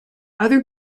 other